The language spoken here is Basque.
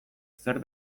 zer